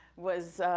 was,